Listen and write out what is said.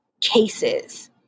cases